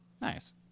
Nice